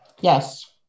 Yes